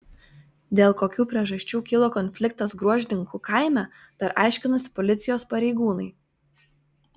dėl kokių priežasčių kilo konfliktas gruožninkų kaime dar aiškinasi policijos pareigūnai